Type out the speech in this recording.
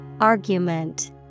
Argument